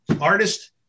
artist